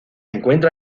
encuentra